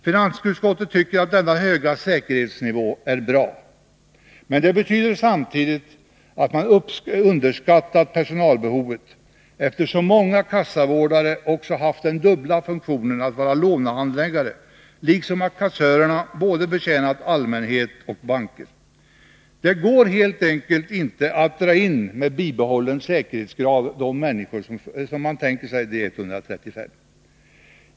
Finansutskottet tycker att denna höga säkerhetsnivå är bra, men det betyder samtidigt att man underskattat personalbehovet, eftersom många kassavårdare också haft den dubbla funktionen att vara lånehandläggare, liksom att kassörerna betjänat både allmänhet och banker. Det går helt enkelt inte att dra in dessa 135 tjänster med bibehållen säkerhetsgrad.